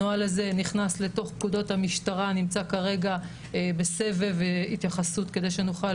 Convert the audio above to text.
הנוהל הזה נכנס לתוך פקודות המשטרה ונמצא כרגע בסבב התייחסות כדי שנוכל